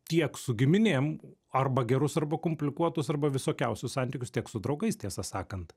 tiek su giminėm arba gerus arba komplikuotus arba visokiausius santykius tiek su draugais tiesą sakant